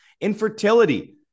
infertility